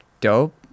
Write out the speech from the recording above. dope